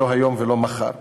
לא היום ולא מחר.